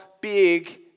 big